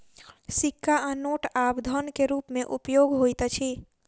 सिक्का आ नोट आब धन के रूप में उपयोग होइत अछि